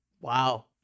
Wow